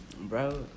Bro